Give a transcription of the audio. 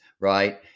right